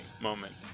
moment